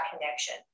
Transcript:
connection